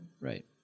right